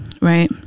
right